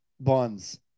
buns